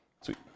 Sweet